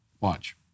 Watch